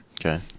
Okay